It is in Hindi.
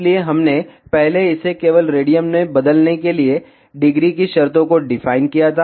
इसलिए हमने पहले इसे केवल रेडियन में बदलने के लिए डिग्री की शर्तों को डिफाइन किया था